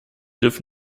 dürfen